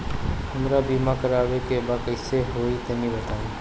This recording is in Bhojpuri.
हमरा बीमा करावे के बा कइसे होई तनि बताईं?